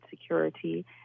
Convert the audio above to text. security